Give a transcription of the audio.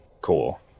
Cool